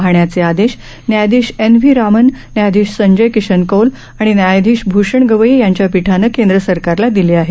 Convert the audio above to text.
पाहण्याचे आदेश न्यायाधीश एन व्ही रामन न्यायाधीश संजय किशन कौल आणि न्यायाधीश भूषण गवई यांच्या पीठानं केंद्र सरकारला दिले आहेत